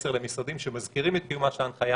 מסר למשרדים שמזכיר את קיומה של ההנחיה